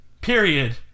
period